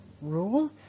rule